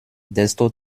desto